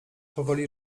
powoli